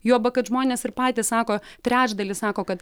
juoba kad žmonės ir patys sako trečdalis sako kad